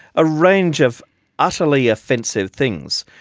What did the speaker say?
a range of utterly offensive things,